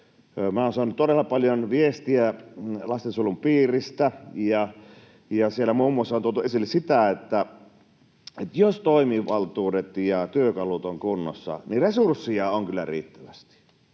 olen saanut todella paljon viestejä lastensuojelun piiristä. Siellä muun muassa on tuotu esille sitä, että jos toimivaltuudet ja työkalut ovat kunnossa, niin resursseja kyllä on riittävästi